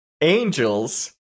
Angels